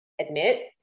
admit